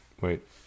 Wait